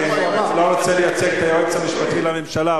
אני לא רוצה לייצג את היועץ המשפטי לממשלה,